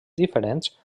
diferents